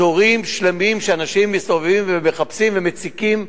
אזורים שלמים שאנשים מסתובבים ומחפשים ומציקים,